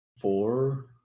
four